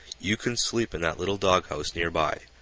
you can sleep in that little doghouse near-by,